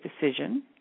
decision